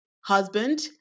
husband